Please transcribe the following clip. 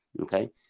okay